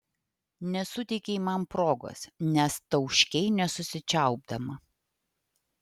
nesuteikei man progos nes tauškei nesusičiaupdama